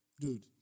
Dude